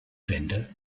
vendor